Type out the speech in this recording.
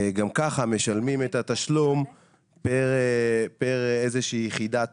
גם כך משלמים את התשלום פה איזושהי יחידת